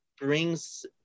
brings